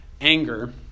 anger